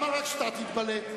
אתה תתבלט?